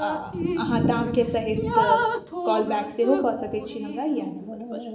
आ अहाँ दामके सहित कॉल बैक सेहो कऽ सकै छी हमरा इएह नम्बर पर